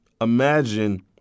imagine